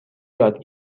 یاد